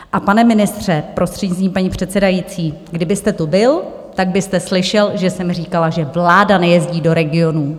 A pane ministře, prostřednictvím paní předsedající, kdybyste tu byl, tak byste slyšel, že jsem říkala, že vláda nejezdí do regionů.